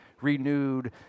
renewed